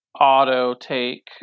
auto-take